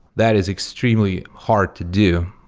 that is extremely hard to do,